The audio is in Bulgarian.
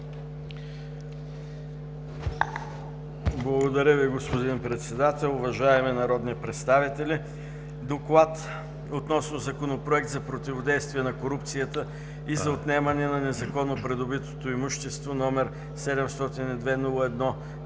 Благодаря Ви, господин Председател. Уважаеми народни представители! „Доклад относно Законопроект за противодействие на корупцията и за отнемане на незаконно придобитото имущество, № 702-01-26,